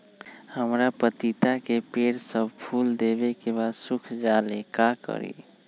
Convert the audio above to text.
हमरा पतिता के पेड़ सब फुल देबे के बाद सुख जाले का करी?